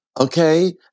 Okay